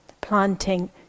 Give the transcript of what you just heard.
planting